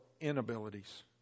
inabilities